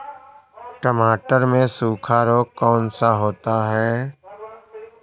टमाटर में सूखा रोग कौन सा होता है?